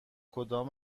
کدام